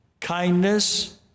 kindness